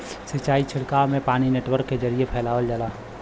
सिंचाई छिड़काव में पानी नेटवर्क के जरिये फैलावल जाला